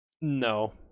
No